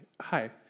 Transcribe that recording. Hi